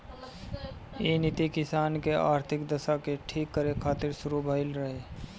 इ नीति किसान के आर्थिक दशा के ठीक करे खातिर शुरू भइल रहे